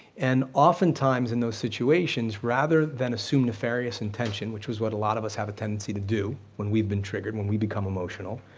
and often times, in those situations, rather than assume nefarious intention, which is what a lot of us have a tendency to do when we've been triggered, when we become emotional,